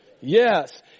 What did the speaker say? Yes